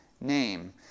name